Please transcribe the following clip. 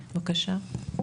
בבקשה.